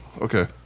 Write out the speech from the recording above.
Okay